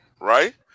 right